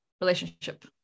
relationship